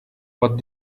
what